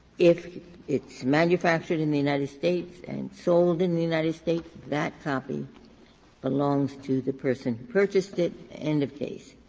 if it's manufactured in the united states and sold in the united states, that copy belongs to the person who purchased it, end of case.